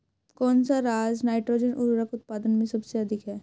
कौन सा राज नाइट्रोजन उर्वरक उत्पादन में सबसे अधिक है?